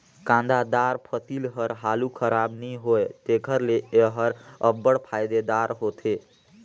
कांदादार फसिल हर हालु खराब नी होए तेकर ले एहर अब्बड़ फएदादार होथे